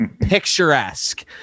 picturesque